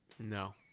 No